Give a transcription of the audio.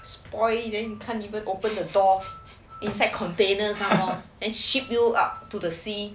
spoil then 看你可不可以 open the door inside containers somemore then ship you up to the sea